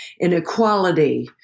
inequality